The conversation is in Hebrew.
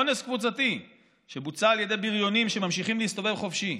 אונס קבוצתי שבוצע על ידי בריונים שממשיכים להסתובב חופשי.